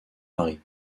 mari